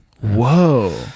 Whoa